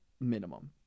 minimum